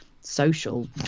social